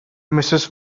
mrs